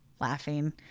laughing